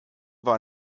war